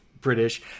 British